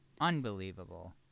Unbelievable